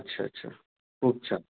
अच्छा अच्छा